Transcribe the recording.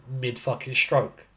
mid-fucking-stroke